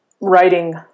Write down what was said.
writing